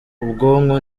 ubwonko